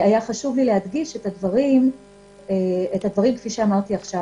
והיה חשוב לי להדגיש את הדברים כפי שאמרתי עכשיו.